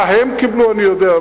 מה הם קיבלו אני יודע.